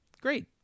Great